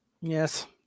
Yes